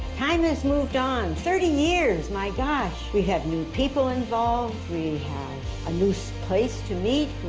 time has moved on, thirty years my gosh. we have new people involved, we have a new so place to meet.